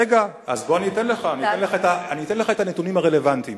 רגע, אני אתן לך את הנתונים הרלוונטיים.